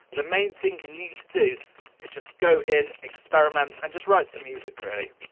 the main thing you need to do is just go in, experiment, and just write some music really.